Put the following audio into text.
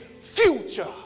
future